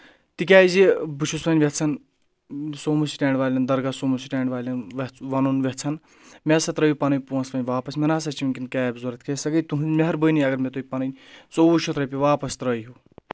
تِکیازِ بہٕ چھُس وۄنۍ ؠژھان سوموٗ سٹینٛڈ والؠن درگاہ سوموٗ سٹینٛڈ والؠن ؠژھ وَنُن ؠژھان مےٚ ہَسا ترٛٲیِو پَنٕنۍ پونٛسہٕ وۄنۍ واپَس مےٚ نہ سا چھِ وٕنکؠن کیب ضوٚرَتھ کیٛازِ سۄ گٔے تُہٕنٛدِ مہربٲنی اگر مےٚ تُہۍ پَنٕنۍ ژۄوُہ شیٚتھ رۄپیہِ واپَس ترٛٲہیو